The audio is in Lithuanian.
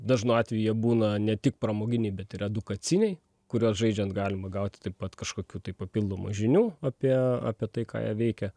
dažnu atveju jie būna ne tik pramoginiai bet ir edukaciniai kuriuos žaidžiant galima gauti taip pat kažkokių tai papildomų žinių apie apie tai ką jie veikia